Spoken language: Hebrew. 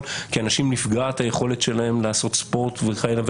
כי נפגעת יכולת האנשים לעשות ספורט וכהנה וכהנה.